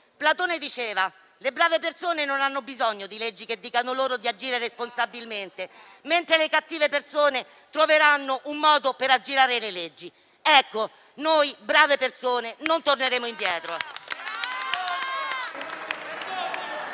Platone diceva che le brave persone non hanno bisogno di leggi che dicano loro di agire responsabilmente, mentre le cattive persone troveranno un modo per aggirare le leggi. Noi, brave persone, non torneremo indietro.